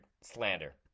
slander